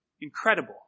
incredible